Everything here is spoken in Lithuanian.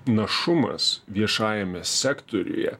našumas viešajame sektoriuje